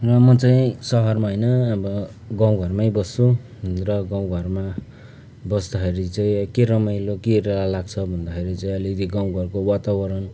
र म चाहिँ सहरमा होइन अब गाउँ घरमै बस्छु र गाउँ घरमा बस्दाखेरि चाहिँ के रमाइलो के रहर लाग्छ भन्दाखेरि चाहिँ अलिकति गाउँ घरको वातावरण